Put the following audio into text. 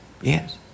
Yes